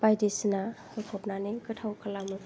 बायदिसिना होफबनानै गोथाव खालामो